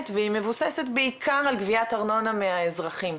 והיא מבוססת בעיקר על גביית ארנונה מהאזרחים,